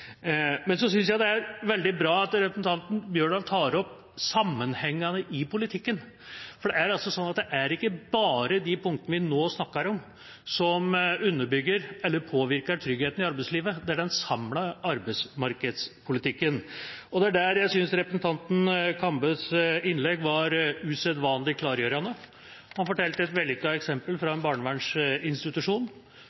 Jeg syns det er veldig bra at representanten Holen Bjørdal tar opp sammenhengene i politikken, for det er ikke bare de punktene vi nå snakker om, som påvirker tryggheten i arbeidslivet – det gjør den samlede arbeidsmarkedspolitikken. Og der syns jeg at representanten Kambes innlegg var usedvanlig klargjørende. Han fortalte om et vellykket eksempel fra en barnevernsinstitusjon,